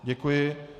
Děkuji.